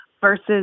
versus